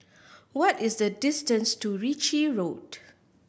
what is the distance to Ritchie Road